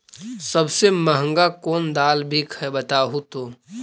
सबसे महंगा कोन दाल बिक है बताहु तो?